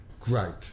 great